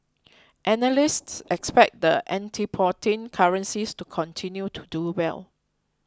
analysts expect the antipodean currencies to continue to do well